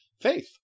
faith